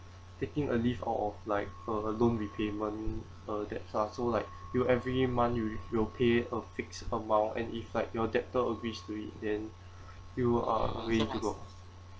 taking a leave or of like a loan repayment uh that stuff so like you every month you will pay a fixed amount and if like your debtor agrees to it then you are way to go